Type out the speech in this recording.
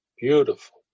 beautiful